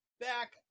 back